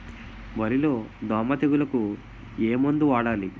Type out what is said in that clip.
వరిలో దోమ తెగులుకు ఏమందు వాడాలి?